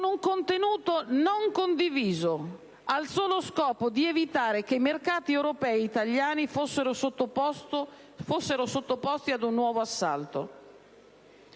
un contenuto non condiviso, al solo scopo di evitare che i mercati europei e italiani fossero sottoposti ad un nuovo assalto.